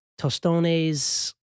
Tostone's